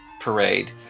Parade